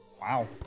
Wow